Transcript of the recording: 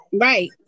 Right